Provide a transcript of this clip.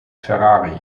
ferrari